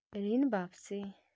ऋण वापसी?